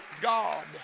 God